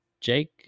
Jake